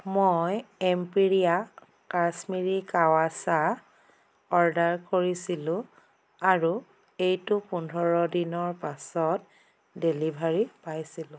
মই এম্পেৰীয়া কাশ্মীৰি কাৱা চাহ অৰ্ডাৰ কৰিছিলোঁ আৰু এইটোৰ পোন্ধৰ দিনৰ পাছত ডেলিভাৰী পাইছিলোঁ